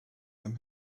them